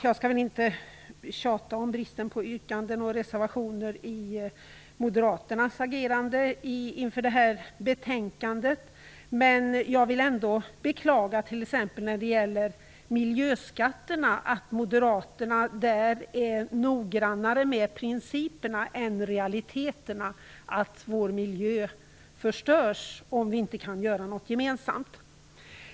Jag skall inte tjata om bristen på yrkanden och reservationer i moderaternas agerande inför betänkandet, men jag beklagar att moderaterna när det gäller exempelvis miljöskatterna är mer noga när det gäller principerna än när det gäller realiteten att vår miljö förstörs om vi inte kan göra något gemensamt.